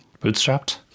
bootstrapped